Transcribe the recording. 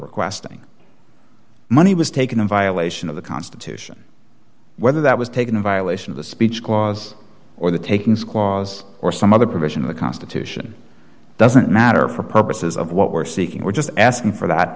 requesting money was taken in violation of the constitution whether that was taken in violation of the speech clause or the takings clause or some other provision of the constitution doesn't matter for purposes of what we're seeking we're just asking for that